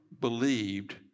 believed